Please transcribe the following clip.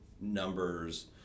numbers